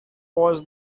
was